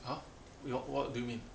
!huh! wha~ what do you mean